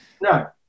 No